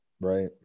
Right